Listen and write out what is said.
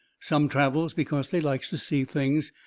some travels because they likes to see things,